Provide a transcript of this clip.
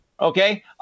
okay